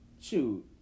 shoot